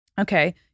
Okay